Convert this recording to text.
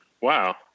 wow